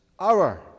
Hour